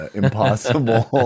impossible